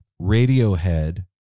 Radiohead